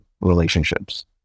relationships